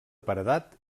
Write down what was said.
paredat